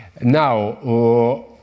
now